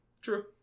True